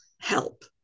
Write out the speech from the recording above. help